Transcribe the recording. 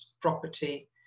property